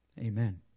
Amen